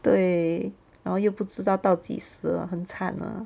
对然后又不知道到几时很惨 uh